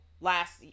last